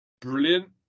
brilliant